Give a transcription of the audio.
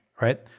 right